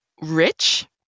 rich